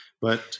But-